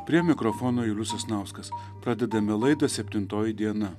prie mikrofono julius sasnauskas pradedame laidą septintoji diena